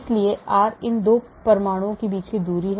इसलिए r इन 2 परमाणुओं के बीच की दूरी है